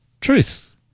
Truth